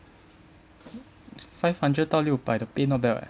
five hundred 到六百 the pay not bad [what]